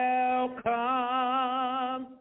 Welcome